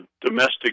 domestic